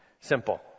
Simple